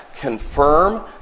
confirm